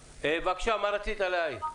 בבקשה, יותם, מה רצית להעיר?